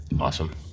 Awesome